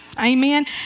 amen